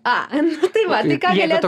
a nu tai va tai ką galėtų